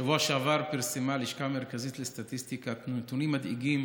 בשבוע שעבר פרסמה הלשכה המרכזית לסטטיסטיקה נתונים מדאיגים